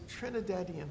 Trinidadian